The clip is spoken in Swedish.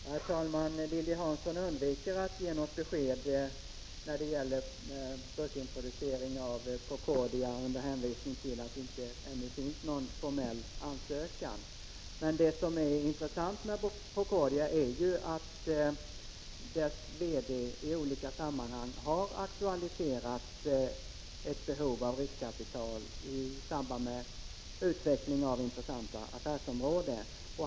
Herr talman! Lilly Hansson undviker att ge något besked när det gäller börsintroducering av Procordia under hänvisning till att det ännu inte finns någon formell ansökan. Det som är intressant med Procordia är att dess VD i olika sammanhang har aktualiserat behovet av riskkapital i samband med utveckling av intressanta affärsområden.